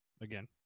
again